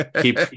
Keep